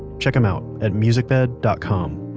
check them out at musicbed dot com.